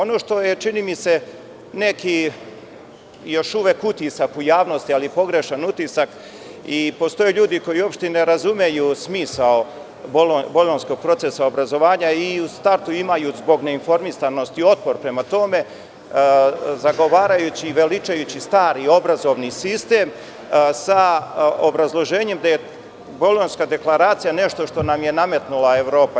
Ono što je, čini mi se, neki još uvek utisak u javnosti, ali pogrešan utisak i postoje ljudi koji uopšte ne razumeju smisao Bolonjkog procesa obrazovanja i u startu imaju zbog neinformisanostotpor prema tome, zagovarajući i veličajući stari obrazovni sistem sa obrazloženjem da je Bolonjska deklaracija nešto što nam je nametnula Evropa.